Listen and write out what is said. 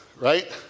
right